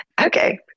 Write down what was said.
Okay